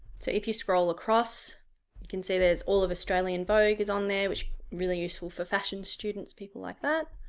so if you scroll across you can see there's all of australian vogue is on there which really useful for fashion students people like that.